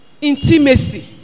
Intimacy